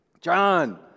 John